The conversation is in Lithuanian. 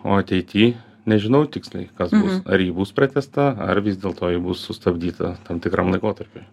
o ateity nežinau tiksliai kas bus ar ji bus pratęsta ar vis dėlto ji bus sustabdyta tam tikram laikotarpiui